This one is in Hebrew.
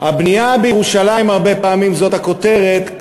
הבנייה בירושלים, הרבה פעמים זאת הכותרת,